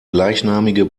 gleichnamige